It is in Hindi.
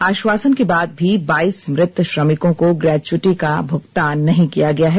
आश्वासन के बाद भी बाईस मृत श्रमिकों को ग्रैच्यूटी का भुगतान नहीं किया गया है